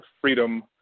Freedom